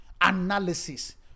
Analysis